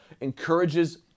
encourages